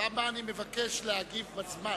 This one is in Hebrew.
בפעם הבאה אני מבקש להגיב בזמן.